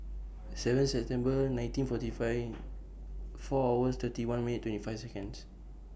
seven September nineteen forty five four hours thirty one minutes twenty five Seconds